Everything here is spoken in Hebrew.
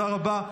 תודה רבה.